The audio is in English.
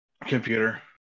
computer